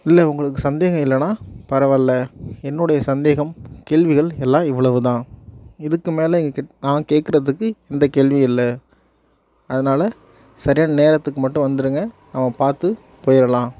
இல்லை உங்களுக்கு சந்தேகம் இல்லைனா பரவாயில்ல என்னுடைய சந்தேகம் கேள்விகள் எல்லாம் இவ்வளவு தான் இதுக்கு மேல எங்ககிட்ட நான் கேட்குறதுக்கு எந்த கேள்வியும் இல்லை அதனால் சரியான நேரத்துக்கு மட்டும் வந்துடுங்க நம்ம பார்த்து போயிடலாம்